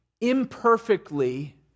imperfectly